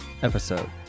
episode